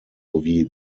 sowie